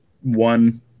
one